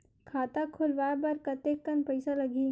खाता खुलवाय बर कतेकन पईसा लगही?